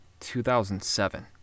2007